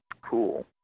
Cool